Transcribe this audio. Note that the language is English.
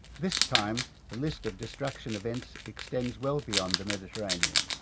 this time the list of destruction events extends well beyond the mediterranean.